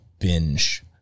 Binge